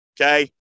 okay